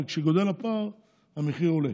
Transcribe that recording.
וכשגדל הפער המחיר עולה.